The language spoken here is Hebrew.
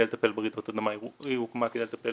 לטפל ברעידות אדמה אלא היא הוקמה כדי לטפל